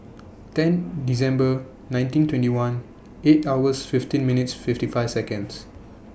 ten December nineteen twenty one eight hours fifteen minutes fifty five Seconds